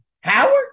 Howard